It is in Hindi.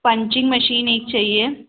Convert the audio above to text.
पंचिंग मशीन एक चाहिए